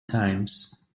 times